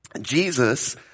Jesus